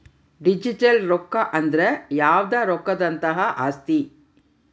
digital ರೊಕ್ಕ ಅಂದ್ರ ಯಾವ್ದೇ ರೊಕ್ಕದಂತಹ ಆಸ್ತಿ